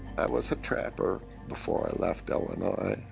was a trapper before i left illinois.